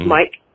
Mike